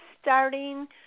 starting –